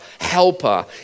helper